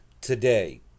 today